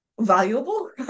valuable